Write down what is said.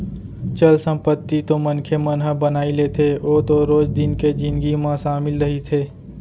चल संपत्ति तो मनखे मन ह बनाई लेथे ओ तो रोज दिन के जिनगी म सामिल रहिथे